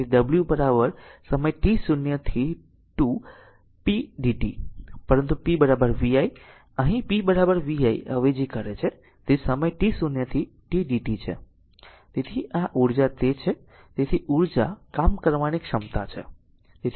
તેથી w સમય t 0 થી 2 pdt પરંતુ p vi અહીં p vi અવેજી કરે છે તેથી સમય t0 થી t dt છે તેથી આ ઉર્જા તે છે તેથી ઉર્જા કામ કરવાની ક્ષમતા છે